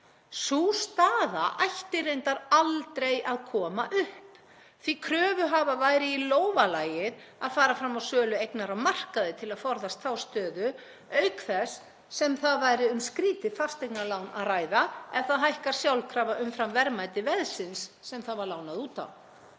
Sú staða ætti reyndar aldrei að koma upp því kröfuhafa væri í lófa lagið að fara fram á sölu eignar á markaði til að forðast þá stöðu, auk þess sem þar væri um skrýtið fasteignalán að ræða ef það hækkar sjálfkrafa umfram verðmæti veðsins sem það var lánað út á.